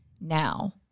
now